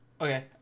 Okay